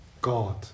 God